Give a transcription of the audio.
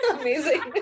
amazing